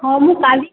ହଁ ମୁଁ କାଲି